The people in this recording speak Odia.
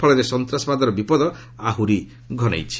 ଫଳରେ ସନ୍ତାସବାଦର ବିପଦ ଆହୁରି ଘନେଇଛି